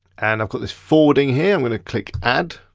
and i've got this forwarding here, i'm gonna click add.